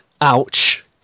Ouch